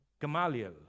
Gamaliel